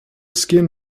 skin